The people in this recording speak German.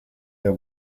ihr